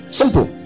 simple